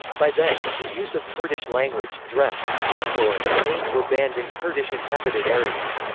by then, the use of kurdish language, dress, folklore, and names were banned in kurdish-inhabited areas.